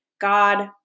God